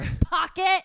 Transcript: pocket